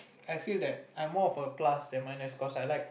I feel that I'm more of a plus than minus cause I like